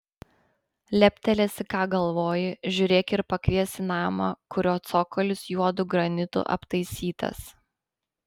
leptelėsi ką galvoji žiūrėk ir pakvies į namą kurio cokolis juodu granitu aptaisytas